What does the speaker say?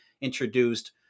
introduced